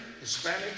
Hispanic